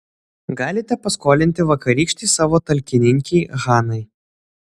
galite paskolinti vakarykštei savo talkininkei hanai